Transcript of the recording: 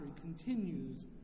continues